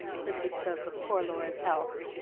since he spoke of poor laura's health.